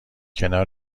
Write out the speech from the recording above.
کنار